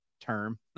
term